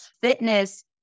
fitness